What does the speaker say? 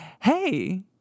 Hey